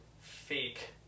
fake